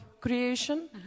creation